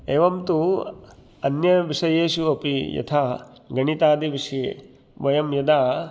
एवन्तु अन्यविषयेषु अपि यथा गणितादिविषये वयं यदा